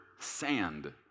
sand